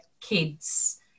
kids